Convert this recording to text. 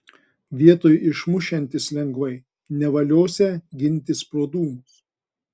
vietoj išmušiantis lengvai nevaliosią gintis pro dūmus